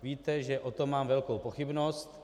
Víte, že o tom mám velkou pochybnost.